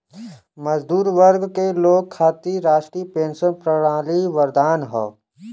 मजदूर वर्ग के लोग खातिर राष्ट्रीय पेंशन प्रणाली वरदान हौ